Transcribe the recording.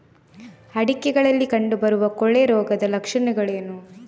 ಅಡಿಕೆಗಳಲ್ಲಿ ಕಂಡುಬರುವ ಕೊಳೆ ರೋಗದ ಲಕ್ಷಣವೇನು?